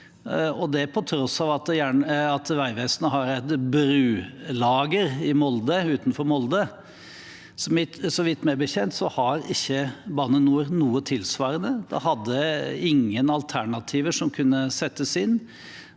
på tross av at Vegvesenet har et brulager utenfor Molde. Meg bekjent har ikke Bane NOR noe tilsvarende. De hadde ingen alternativer som kunne settes inn.